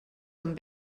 amb